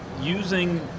using